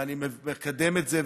ואני מקדם את זה,